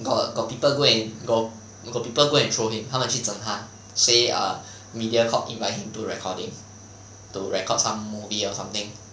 got got people go and got people go and throw hime 他们整他 say err Mediacorp invite him to recording to record some movie or something